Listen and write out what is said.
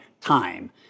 time